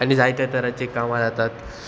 आनी जायत्या तरांची कामां जातात